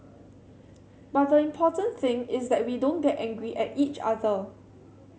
but the important thing is that we don't get angry at each other